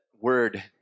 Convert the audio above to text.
word